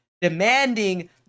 demanding